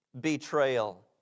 Betrayal